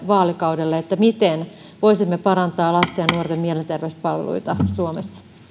vaalikaudelle siitä miten voisimme parantaa lasten ja nuorten mielenterveyspalveluita suomessa